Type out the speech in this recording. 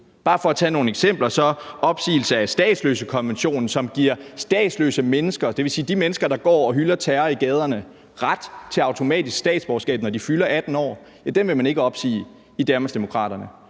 Man kunne tage nogle eksempler: Statsløsekonventionen, som giver statsløse mennesker, dvs. de mennesker, der går og hylder terror i gaderne, ret til automatisk statsborgerskab, når de fylder 18 år, vil Danmarksdemokraterne